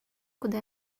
куда